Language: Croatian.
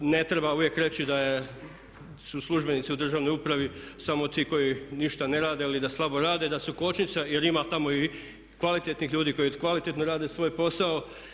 Ne treba uvijek reći da su službenici u državnoj upravi samo ti koji ništa ne rade ili da slabo rade da su kočnica jer ima tamo i kvalitetnih ljudi koji kvalitetno rade svoj posao.